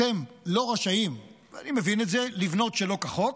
אתם לא רשאים, ואני מבין את זה, לבנות שלא כחוק,